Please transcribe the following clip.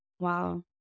wow